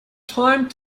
time